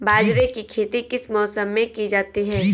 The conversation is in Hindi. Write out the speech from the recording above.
बाजरे की खेती किस मौसम में की जाती है?